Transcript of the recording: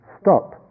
stop